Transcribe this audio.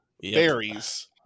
berries